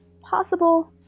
possible